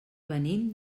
venim